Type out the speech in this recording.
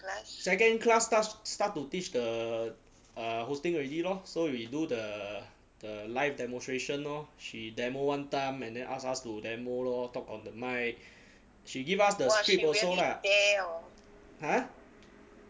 second class starts start to teach the err hosting already lor so we do the the live demonstration lor she demo one time and then ask us to demo lor talk on the mic she give us the script also lah !huh!